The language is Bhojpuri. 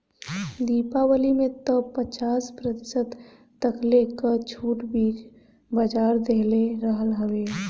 दीपावली में तअ पचास प्रतिशत तकले कअ छुट बिग बाजार देहले रहल हवे